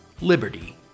liberty